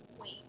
wait